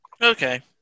okay